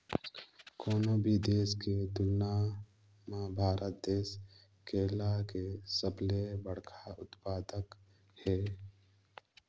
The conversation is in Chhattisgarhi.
कोनो भी देश के तुलना म भारत देश केला के सबले बड़खा उत्पादक हे